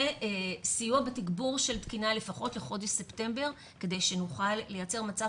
וסיוע ותגבור של תקינה לפחות לחודש ספטמבר כדי שנוכל לייצר מצב